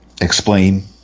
explain